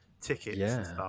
tickets